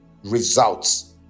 results